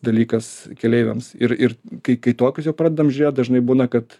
dalykas keleiviams ir kai kai tokius jau pradedam žiūrėt dažnai būna kad